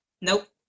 Nope